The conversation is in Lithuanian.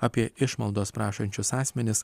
apie išmaldos prašančius asmenis